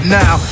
now